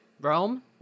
Rome